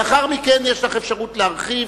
לאחר מכן יש לך אפשרות להרחיב.